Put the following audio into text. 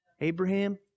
Abraham